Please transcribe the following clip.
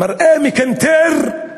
מראה מקנטר,